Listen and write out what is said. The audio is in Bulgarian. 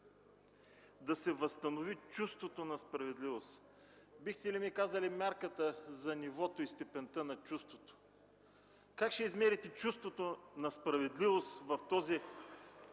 да се възстанови чувството на справедливост. Бихте ли ми казали мярката за нивото и степента на чувството!? Как ще измерите чувството на справедливост в този